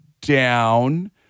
down